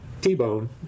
T-Bone